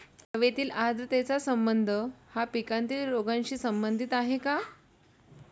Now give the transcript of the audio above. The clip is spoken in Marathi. हवेतील आर्द्रतेचा संबंध हा पिकातील रोगांशी अधिक संबंधित आहे का?